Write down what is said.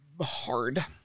hard